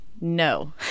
no